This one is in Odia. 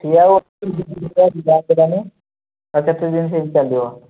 ସିଏ ଆଉ ଆଉ କେତେ ଦିନ ସେମିତି ଚାଲିବ